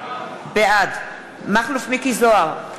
בעד מכלוף מיקי זוהר,